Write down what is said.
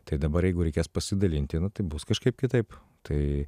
tai dabar jeigu reikės pasidalinti nu tai bus kažkaip kitaip tai